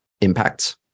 impacts